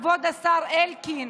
כבוד השר אלקין.